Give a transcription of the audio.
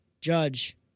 Judge